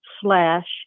slash